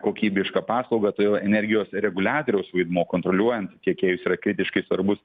kokybišką paslaugą todėl energijos reguliatoriaus vaidmuo kontroliuojant tiekėjus yra kritiškai svarbus